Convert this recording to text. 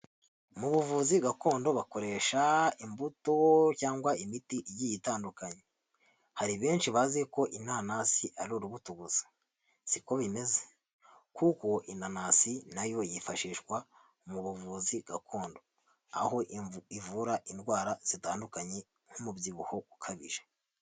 Mu buvuzi gakondo bakoresha imbuto cyangwa imiti igiye itandukanye, hari benshi bazi ko inanasi ari urubuto gusa siko bimeze kuko inanasi nayo yifashishwa mu buvuzi gakondo, aho ivura indwara zitandukanye nk'umubyibuho ukabije.